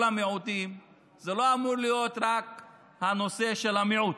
המיעוטים לא אמור להיות רק הנושא של המיעוט,